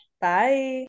Bye